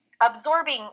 absorbing